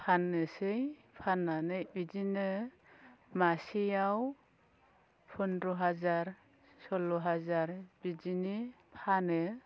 फान्नोसै फान्नानै बिदिनो मासेयाव फन्द्र हाजार सल्ल' हाजार बिदिनि फानो